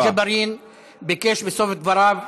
אדוני השר, חבר הכנסת ג'בארין ביקש בסוף דבריו,